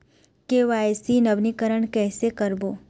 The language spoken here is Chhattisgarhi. के.वाई.सी नवीनीकरण कैसे करबो?